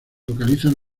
localizan